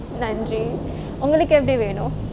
நன்றி உங்களுக்கு எப்படி வேனும்:nandri ungaluku eppadi venum